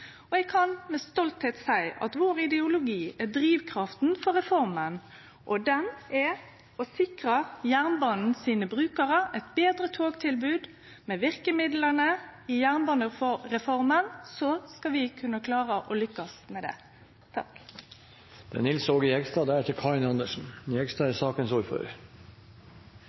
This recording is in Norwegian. måloppnåing. Eg kan med stoltheit seie at vår ideologi er drivkrafta for reforma, og den er å sikre jernbanen sine brukarar eit betre togtilbod. Med verkemidla i jernbanereforma skal vi kunne klare å lykkast med det.